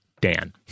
Dan